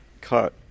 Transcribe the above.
cut